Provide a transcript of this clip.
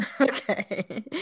Okay